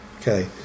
Okay